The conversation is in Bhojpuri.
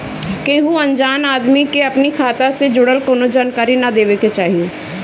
केहू अनजान आदमी के अपनी खाता से जुड़ल कवनो जानकारी ना देवे के चाही